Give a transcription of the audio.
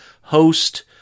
host